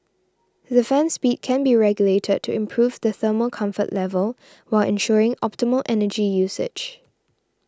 the fan speed can be regulated to improve the thermal comfort level while ensuring optimal energy usage